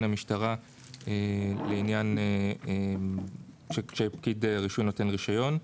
המשטרה לעניין שפקיד רישוי נותן רישיון.